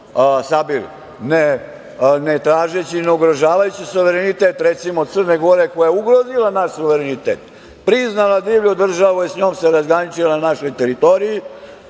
sabili, ne tražeći i ne ugrožavajući suverenitet, recimo Crne Gore koja je ugrozila naš suverenitet, priznala da divlju državu i sa njom se razgraničila na našoj teritoriji,